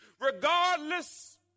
regardless